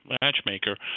matchmaker